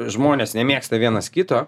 žmonės nemėgsta vienas kito